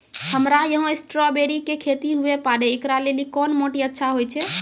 हमरा यहाँ स्ट्राबेरी के खेती हुए पारे, इकरा लेली कोन माटी अच्छा होय छै?